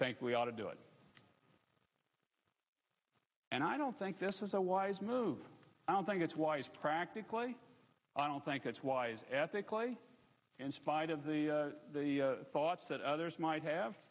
think we ought to do it and i don't think this is a wise move i don't think it's wise practically i don't think it's wise ethically in spite of the thoughts that others might have